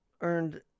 earned